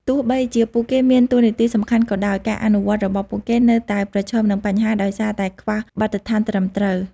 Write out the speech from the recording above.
ទោះបីជាពួកគេមានតួនាទីសំខាន់ក៏ដោយ ការអនុវត្តន៍របស់ពួកគេនៅតែប្រឈមនឹងបញ្ហា ដោយសារតែខ្វះបទដ្ឋានត្រឹមត្រូវ។